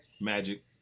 Magic